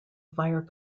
fire